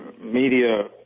media